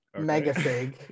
Megafig